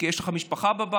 כי יש לך משפחה בבית,